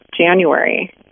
January